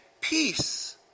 peace